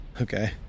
Okay